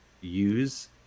use